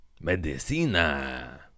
Medicina